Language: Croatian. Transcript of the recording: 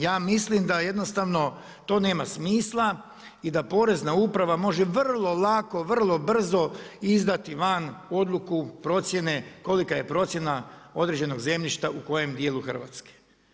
Ja mislim da jednostavno to nema smisla i da porezna uprava može vrlo lako, vrlo brzo izdati van odluku procjene kolika je procjena određenog zemljišta u kojem dijelu Hrvatske.